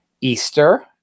Easter